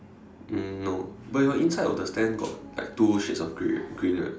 um no but your inside of the stand got like two shades of grey right green right